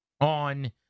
On